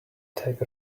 take